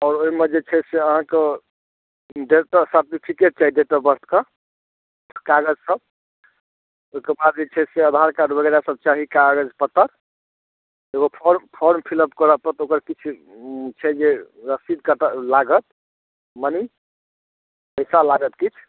तऽ ओहिमे जे छै से अहाँके डेट ऑफ सर्टिफिकेट चाही डेट ऑफ बर्थके चाही कागजसभ ओहिके बाद जे छै से आधार कार्ड वगेरा सभ चाही कागज पत्तर एगो फॉर्म फॉर्म फिलअप करय पड़त ओकर किछु छै जे रसीद कटय लागत मनी पैसा लागत किछु